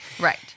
Right